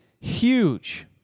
huge